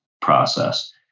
process